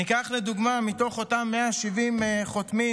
ניקח לדוגמה, מתוך אותם 170 חותמים,